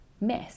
miss